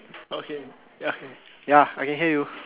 okay ya k ya I can hear you